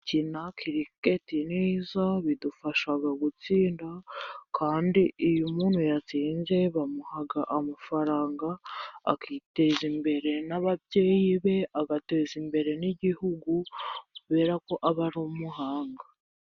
Gukina kiriketi neza bidufasha gutsinda kandi iyo umuntu yatsinze bamuha amafaranga akiteza imbere n'ababyeyi be, agateza imbere n'igihugu kubera ko aba ari umuhanga.